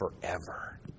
forever